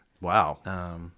Wow